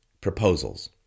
proposals